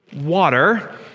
water